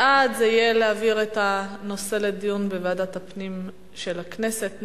בעד זה יהיה להעביר את הנושא לדיון בוועדת הפנים של הכנסת,